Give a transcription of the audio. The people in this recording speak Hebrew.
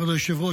כבוד היושב-ראש,